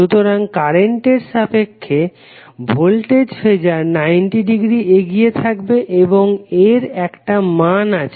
সুতরাং কারেন্টের সাপেক্ষে ভোল্টেজ ফেজার 90 ডিগ্রী এগিয়ে থাকবে এবং এর একটা মান আছে